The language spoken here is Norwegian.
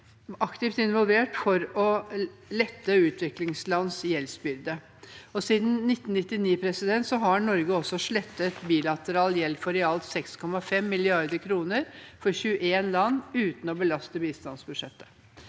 aktivt involvert for å lette utviklingslands gjeldsbyrde. Siden 1999 har Norge også slettet bilateral gjeld for i alt 6,5 mrd. kr for 21 land uten å belaste bistandsbudsjettet.